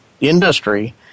industry